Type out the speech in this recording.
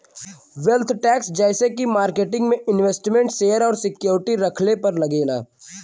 wealth tax जइसे की market में इन्वेस्टमेन्ट शेयर और सिक्योरिटी रखले पर लगेला